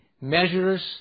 measures